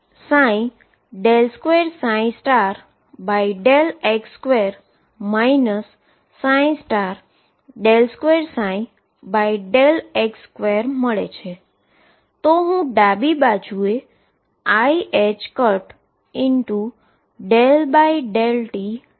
તો હુ ડાબી બાજુએ iℏ ∂t22m ∂x∂x ∂ψ∂x સમીકરણ લખી શકીએ છીએ